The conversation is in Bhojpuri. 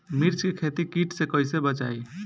मिर्च के खेती कीट से कइसे बचाई?